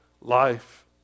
Life